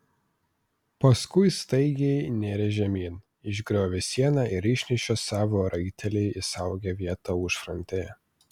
paskui staigiai nėrė žemyn išgriovė sieną ir išnešė savo raitelį į saugią vietą užfrontėje